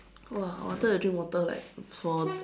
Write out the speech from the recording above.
!wah! I wanted to drink water like for